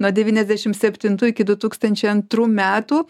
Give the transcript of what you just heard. nuo devyniasdešim septintų iki du tūkstančiai antrų metų